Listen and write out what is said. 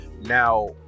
Now